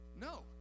no